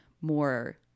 more